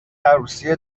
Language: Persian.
عروسی